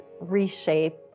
reshape